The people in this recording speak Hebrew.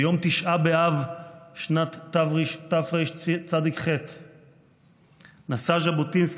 ביום תשעה באב שנת תרצ"ח נשא ז'בוטינסקי